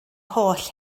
holl